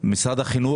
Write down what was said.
אפילו גם פחות מזה.